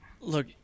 look